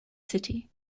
city